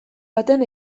baten